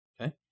Okay